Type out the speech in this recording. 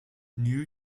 new